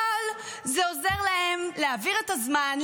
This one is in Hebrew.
אבל זה עוזר להם להעביר את הזמן,